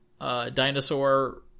dinosaur